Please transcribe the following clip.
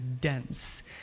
dense